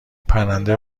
پرنده